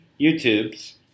YouTube's